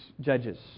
judges